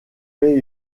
fait